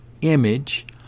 image